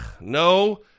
No